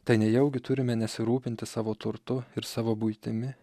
tai nejaugi turime nesirūpinti savo turtu ir savo buitimi